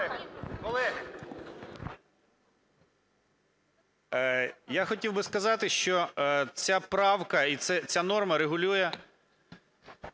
я хотів би сказати, що ця правка і ця норма регулює,